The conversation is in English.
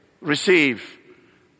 receive